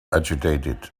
agitated